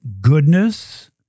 goodness